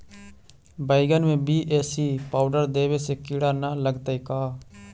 बैगन में BAC powder देबे से किड़ा न लगतै का?